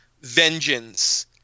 vengeance